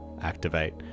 activate